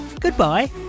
goodbye